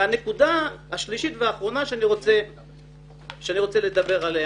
הנקודה השלישית והאחרונה שאני רוצה לדבר עליה: